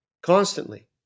constantly